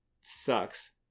sucks